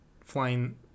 flying